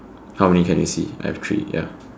how many can you see I have three ya